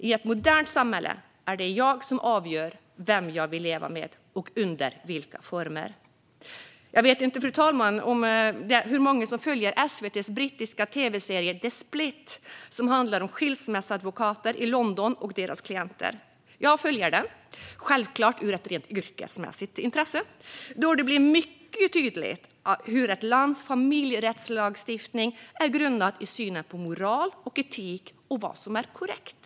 I ett modernt samhälle är det jag som avgör vem jag vill leva med och under vilka former. Jag vet inte, fru talman, hur många som följer SVT:s brittiska tv-serie The Split , som handlar om skilsmässoadvokater i London och deras klienter. Jag följer den - självklart av ett rent yrkesmässigt intresse - då det blir mycket tydligt hur ett lands familjerättslagstiftning är grundad i synen på moral, etik och vad som är korrekt.